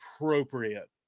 appropriate